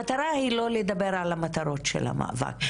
המטרה היא לא לדבר על המטרות של המאבק,